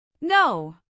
No